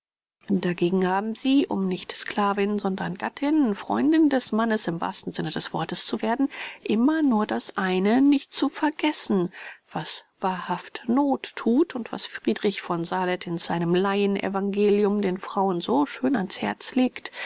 dagegen haben sie um nicht sclavin sondern gattin freundin des mannes im wahrsten sinne des wortes zu werden immer nur das eine nicht zu vergessen was wahrhaft noth thut und was friedrich v sallet in seinem laien evangelium den frauen so schön an's herz legt